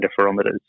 interferometers